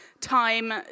time